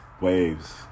Waves